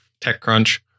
TechCrunch